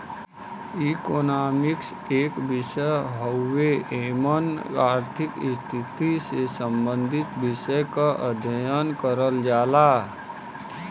economics एक विषय हउवे एमन आर्थिक स्थिति से सम्बंधित विषय क अध्ययन करल जाला